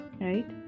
right